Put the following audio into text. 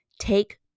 Take